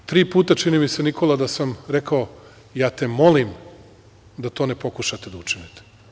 Tri puta, čini mi se, Nikola, sam rekao – ja te molim da to ne pokušate da učinite.